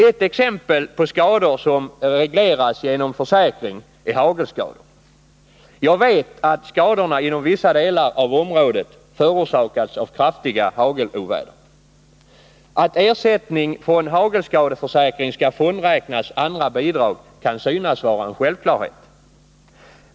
Ett exempel på skador som regleras genom försäkring är hagelskador. Jag vet att skadorna inom vissa delar av området förorsakats av kraftiga hageloväder. Att ersättning från hagelskadeförsäkring skall frånräknas andra bidrag kan synas vara en självklarhet.